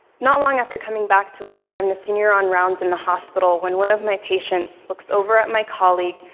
not long after coming back to work, i'm the senior on rounds in the hospital, when one of my patients looks over at my colleague,